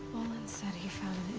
said he found